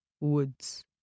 woods